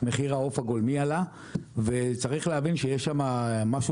מחיר העוף הגולמי עלה וצריך להבין שיש שם משהו